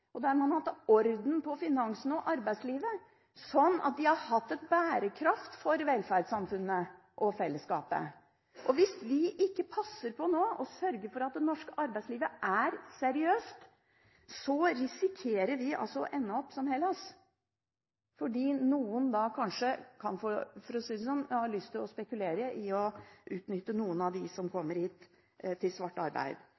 orden på finansene og arbeidslivet sånn at de hadde hatt en bærekraft for velferdssamfunnet og fellesskapet. Hvis Norge ikke passer på nå og sørger for at det norske arbeidslivet er seriøst, risikerer vi å ende opp som Hellas, fordi noen da kanskje – for å si det sånn – har lyst til å spekulere i å utnytte noen av dem som kommer hit, til svart arbeid.